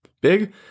big